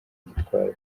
gitwaza